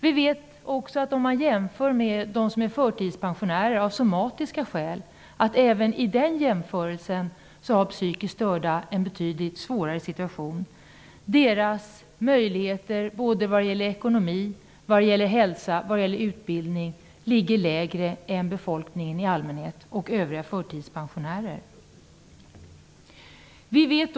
Vi vet också att de psykiskt störda, även om man jämför med dem som är förtidspensionärer av somatiska skäl, har en betydligt svårare situation. De har sämre möjligheter vad gäller ekonomi, hälsa och utbildning än befolkningen i allmänhet och övriga förtidspensionärer.